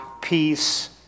peace